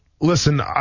Listen